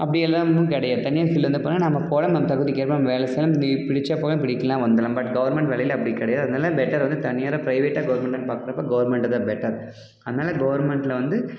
அப்படியெல்லாம் ஒன்றும் கிடையாது தனியார் ஃபீல்டில் வந்து போனால் நாம போகலாம் நம்ம தகுதிக்கேற்ப நம்ம வேலை செய்யலாம் நீ பிடிச்சால் போகலாம் பிடிக்கலன்னா வந்துர்லாம் பட் கவுர்மெண்ட் வேலையில் அப்படி கிடையாதுனால பெட்டர் வந்து தனியாரா ப்ரைவேட்டாக கவுர்மெண்டான்னு பார்க்குறப்போ கவுர்மெண்டு தான் பெட்டர் அதனால் கவுர்மெண்ட்டில் வந்து